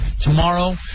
Tomorrow